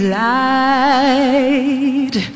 light